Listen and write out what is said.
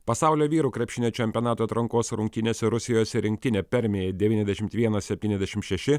pasaulio vyrų krepšinio čempionato atrankos rungtynėse rusijos rinktinė permėje devyniasdešimt vienas septyniasdešimt šeši